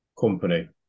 company